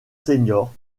seniors